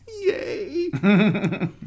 Yay